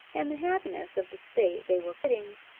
and the happiness of the state they were quitting,